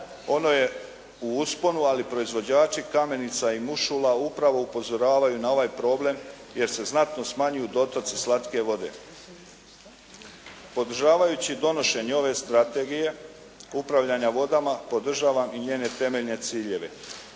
Ono je u usponu ali proizvođači kamenica i mušula upravo upozoravaju na ovaj problem jer se znatno smanjuju dotoci slatke vode. Podržavajući donošenje ove Strategije upravljanja vodama podržavam i njene temeljne ciljeve.